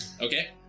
Okay